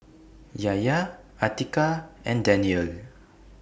Yahya Atiqah and Daniel